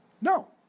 No